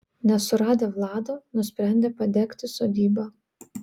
nesuradę vlado nusprendė padegti sodybą